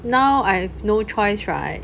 now I have no choice right